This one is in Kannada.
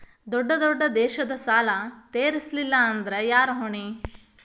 ದೊಡ್ಡ ದೊಡ್ಡ ದೇಶದ ಸಾಲಾ ತೇರಸ್ಲಿಲ್ಲಾಂದ್ರ ಯಾರ ಹೊಣಿ?